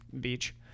Beach